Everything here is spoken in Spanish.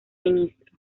ministro